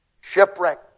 shipwreck